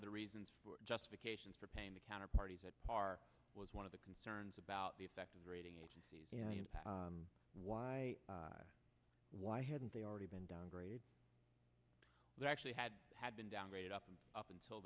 of the reasons justification for paying the counter parties that are was one of the concerns about the effect of rating agencies and why why hadn't they already been downgraded they actually had had been downgraded up and up until